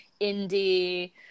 indie